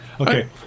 Okay